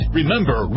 Remember